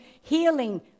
healing